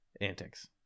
antics